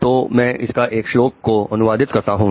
तो मैं उसके एक श्लोक को अनुवादित करता हूं